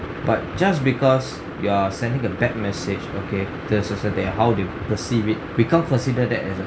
but just because you're sending a bad message okay how they pervive it we can't consider that as a